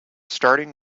starting